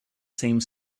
same